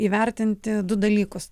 įvertinti du dalykus